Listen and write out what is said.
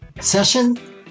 session